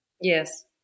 Yes